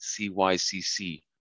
CYCC